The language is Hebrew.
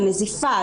נזיפה,